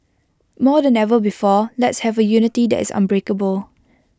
more than the ever before let's have A unity that is unbreakable